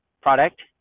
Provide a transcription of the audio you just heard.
product